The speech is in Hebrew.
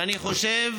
ואני חושב